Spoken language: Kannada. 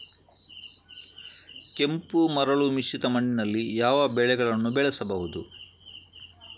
ಕೆಂಪು ಮರಳು ಮಿಶ್ರಿತ ಮಣ್ಣಿನಲ್ಲಿ ಯಾವ ಬೆಳೆಗಳನ್ನು ಬೆಳೆಸಬಹುದು?